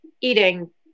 eating